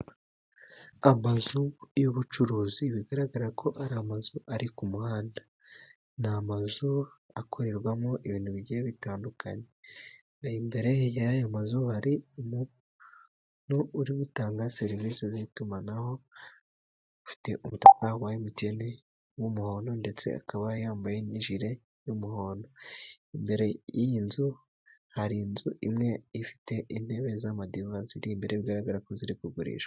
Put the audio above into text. Amazu y'ubucuruzi bigaragara ko ari amazu ari ku muhanda. Ni amazu akorerwamo ibintu bigiye bitandukanye imbere y'aya mazu hari umuntu uri gutanga serivisi z'itumanaho ufite umutaka wa emutiyene w'umuhondo ndetse akaba yambaye n'ijire y'umuhondo imbere y'iyi nzu hari inzu imwe ifite intebe z'amadiva ziri imbere bigaragara ko ziri kugurishwa.